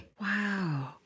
Wow